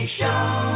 Show